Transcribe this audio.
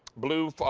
blue